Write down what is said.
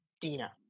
Dina